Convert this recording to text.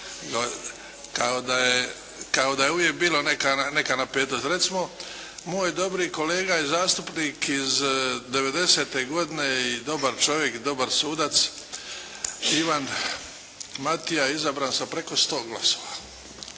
kao da je uvijek bila neka napetost. Recimo moj dobri kolega i zastupnik iz 90-te godine i dobar čovjek, dobar sudac, Ivan Matija je izabran sa preko 100 glasova